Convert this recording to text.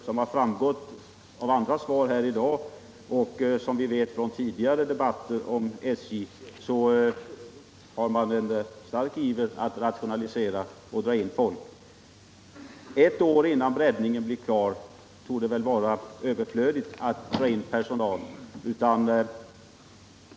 Som framgått av andra svar här i dag och som vi erfarit under tidigare debatter har SJ visat stor iver att rationalisera och dra in personal. Det torde vara överflödigt att dra in personal ett år innan breddningen blir klar.